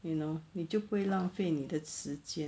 you know 你就不会浪费你的时间